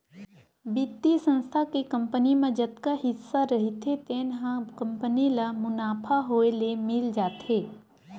बित्तीय संस्था के कंपनी म जतका हिस्सा रहिथे तेन ह कंपनी ल मुनाफा होए ले मिल जाथे